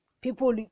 people